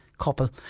couple